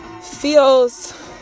feels